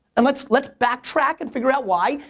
and let's let's backtrack and figure out why,